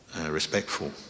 respectful